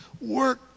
work